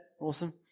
Awesome